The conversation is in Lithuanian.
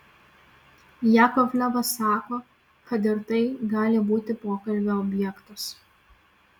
jakovlevas sako kad ir tai gali būti pokalbio objektas